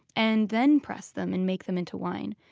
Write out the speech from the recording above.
and then press them and make them into wine.